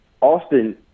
Austin